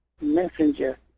messenger